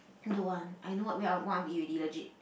I don't want I know what we are what I want to eat already legit